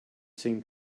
same